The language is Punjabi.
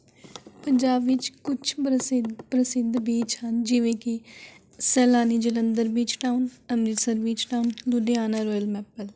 ਪੰਜਾਬ ਵਿੱਚ ਕੁਛ ਪ੍ਰਸਿੱਧ ਪ੍ਰਸਿੱਧ ਬੀਚ ਹਨ ਜਿਵੇਂ ਕਿ ਸੈਲਾਨੀ Jalandhar beach town Amritsar beach town Ludhiana royal maple